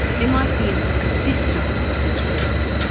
there might be ah a system that's critical,